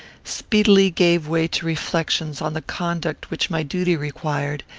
speedily gave way to reflections on the conduct which my duty required,